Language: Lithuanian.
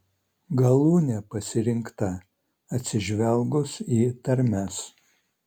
galūnė pasirinkta atsižvelgus į tarmes